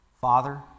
Father